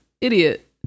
idiot